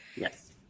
Yes